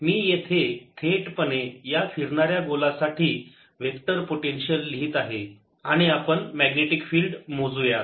मी येथे थेटपणे या फिरणार्या गोला साठी वेक्टर पोटेन्शियल लिहीत आहे आणि आपण मॅग्नेटिक फिल्ड मोजूयात